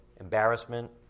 embarrassment